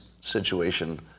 situation